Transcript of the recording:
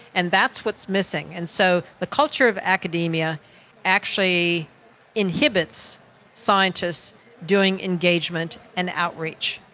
and that's what's missing. and so the culture of academia actually inhibits scientists doing engagement and outreach.